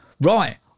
Right